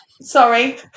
Sorry